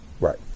Right